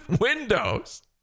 windows